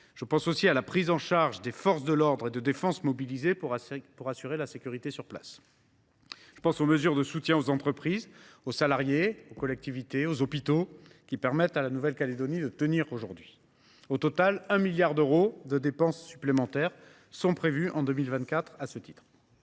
mais aussi à la prise en charge des forces de l’ordre et de défense mobilisées pour assurer la sécurité sur place, ou encore aux mesures de soutien aux entreprises, aux salariés, aux collectivités et aux hôpitaux, qui permettent à la Nouvelle Calédonie de tenir. Au total, 1 milliard d’euros de dépenses supplémentaires sont prévus en 2024 à ce titre.